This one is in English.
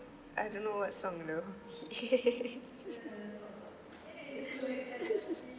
I don't know what song you know